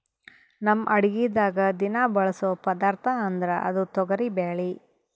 ನಮ್ ಅಡಗಿದಾಗ್ ದಿನಾ ಬಳಸೋ ಪದಾರ್ಥ ಅಂದ್ರ ಅದು ತೊಗರಿಬ್ಯಾಳಿ